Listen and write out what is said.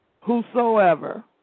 Whosoever